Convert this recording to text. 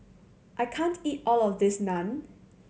I can't eat all of this Naan